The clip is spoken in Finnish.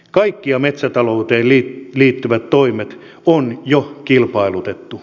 kaikki metsätalouteen liittyvät toimet on jo kilpailutettu